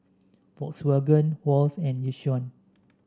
Volkswagen Wall's and Yishion